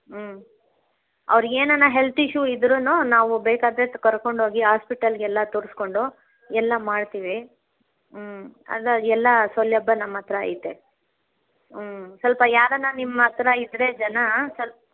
ಹ್ಞೂ ಅವ್ರ್ಗೆ ಏನಾನ ಹೆಲ್ತ್ ಇಶ್ಯೂ ಇದ್ದರೂ ನಾವು ಬೇಕಾದರೆ ಕರ್ಕೊಂಡು ಹೋಗಿ ಹಾಸ್ಪಿಟಲ್ಗೆಲ್ಲ ತೋರಿಸ್ಕೊಂಡು ಎಲ್ಲ ಮಾಡ್ತೀವಿ ಅದರ ಎಲ್ಲ ಸೌಲಭ್ಯ ನಮ್ಮ ಹತ್ರ ಐತೆ ಸ್ವಲ್ಪ ಯಾರಾನ ನಿಮ್ಮ ಹತ್ರ ಇದ್ದರೆ ಜನ ಸ್ವಲ್ಪ